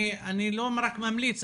אני לא רק ממליץ,